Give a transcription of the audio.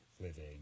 living